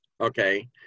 Okay